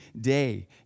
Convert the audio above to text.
day